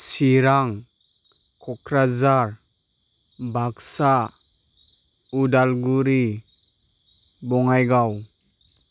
Chirang Kokrajhar Baksa Udalguri Bongaigaon